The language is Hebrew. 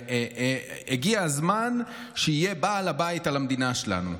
הגיע הזמן שיהיה בעל בית למדינה שלנו,